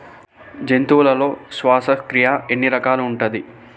జంతువులలో శ్వాసక్రియ ఎన్ని రకాలు ఉంటది?